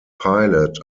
pilot